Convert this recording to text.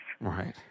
Right